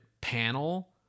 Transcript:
panel